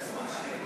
סעיף 1